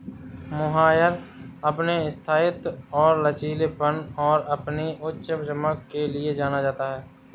mohair अपने स्थायित्व और लचीलेपन और अपनी उच्च चमक के लिए जाना जाता है